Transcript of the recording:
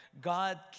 God